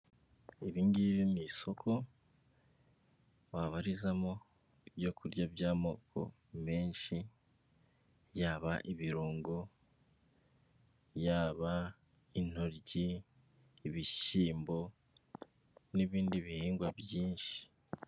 Iri ngiri ni isoko wabarizamo ibyo kurya by'amoko menshi, yaba ibirungo yaba intoryi ibishyimbo n ibindi bihingwa byinshi.